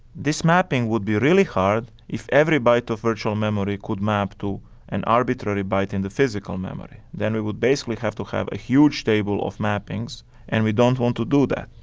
this mapping would be really hard, if every byte of virtual memory could map to an arbitrary byte in the physical memory. then we would basically have to have a huge table of mappings and we don't want to do that,